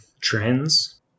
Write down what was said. trends